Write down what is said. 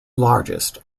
largest